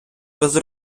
без